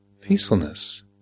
peacefulness